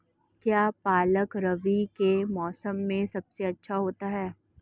क्या पालक रबी के मौसम में सबसे अच्छा आता है?